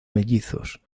mellizos